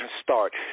start